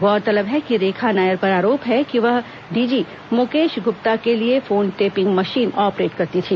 गौरतलब है कि रेखा नायर पर आरोप है कि वह डीजी मुकेश गुप्ता के लिए फोन टेपिंग मशीन ऑपरेट करती थी